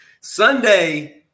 Sunday –